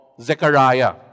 Zechariah